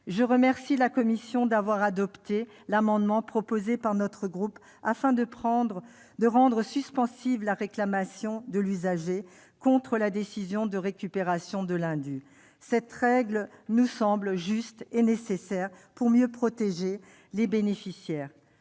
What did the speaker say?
Je remercie la commission d'avoir adopté l'amendement proposé par notre groupe afin de rendre suspensive la réclamation de l'usager contre la décision de récupération de l'indu. Cette règle nous semble juste et nécessaire pour mieux protéger les bénéficiaires.